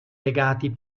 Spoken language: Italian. legati